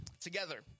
Together